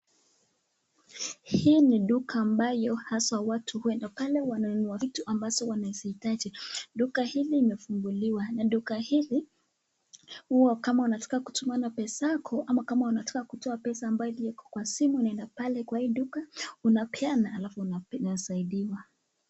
Hii ni duka ambayo hasa watu huenda pale wanununua vitu ambazo wanazihitaji. Duka hili limefunguliwa na duka hili huwa kama unataka kutumana pesa zako ama kama unataka kutoa pesa ambayo iko kwa simu unaenda pale kwa hii duka unatoa alafu unasaidiwa.